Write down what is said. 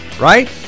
right